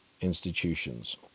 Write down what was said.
institutions